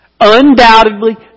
Undoubtedly